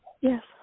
Yes